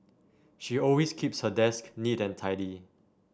she always keeps her desk neat and tidy